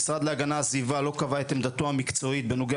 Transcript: המשרד להגנת הסביבה לא קבע את עמדתו המקצועית בנוגע